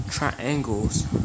triangles